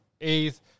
eighth